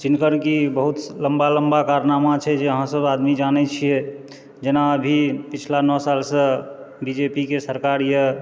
जिनकर कि बहुत लम्बा लम्बा कारनामा छै जे अहाँ सब आदमी जानै छियै जेना अभी पिछला नओ सालसँ बीजेपीके सरकार यऽ